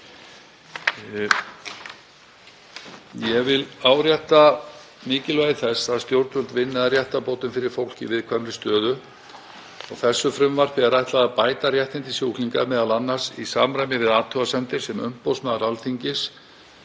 Ég vil árétta mikilvægi þess að stjórnvöld vinni að réttarbótum fyrir fólk í viðkvæmri stöðu. Þessu frumvarpi er ætlað að bæta réttindi sjúklinga, m.a. í samræmi við athugasemdir sem umboðsmaður Alþingis